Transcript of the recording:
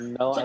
no